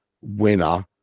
winner